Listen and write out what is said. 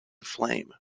flame